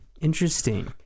Interesting